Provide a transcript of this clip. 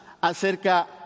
acerca